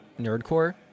Nerdcore